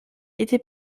était